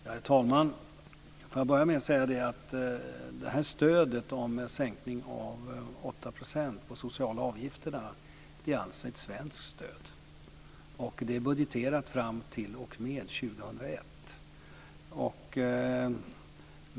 Herr talman! Låt mig börja med att säga att stödet med en sänkning av de sociala avgifterna med 8 % är ett svenskt stöd. Det är budgeterat fram t.o.m. 2001.